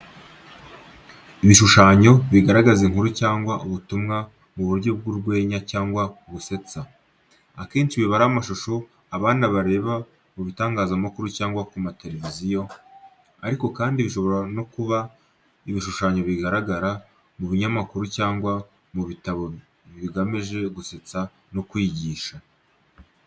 Ibishushanyo bigaragaza inkuru cyangwa ubutumwa mu buryo bw'urwenya cyangwa busetsa. Akenshi biba ari amashusho abana bareba mu bitangazamakuru cyangwa ku ma tereviziyo, ariko kandi bishobora no kuba ibishushanyo bigaragara mu binyamakuru cyangwa mu bitabo bigamije gusetsa no kwigisha.